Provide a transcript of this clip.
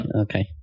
Okay